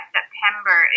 September